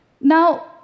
Now